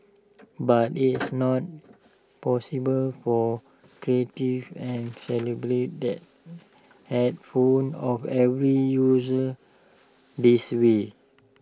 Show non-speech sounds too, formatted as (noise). but it's (noise) not possible for creative and calibrate that headphones of every user this way